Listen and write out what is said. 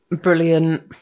Brilliant